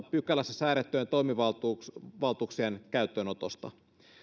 pykälässä säädettyjen toimivaltuuksien käyttöönotosta